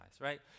right